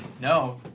no